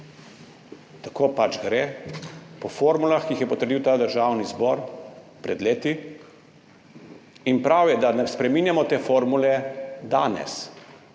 Tako pač gre po formulah, ki jih je potrdil Državni zbor pred leti, in prav je, da ne spreminjamo te formule danes,